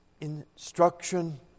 instruction